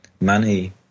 money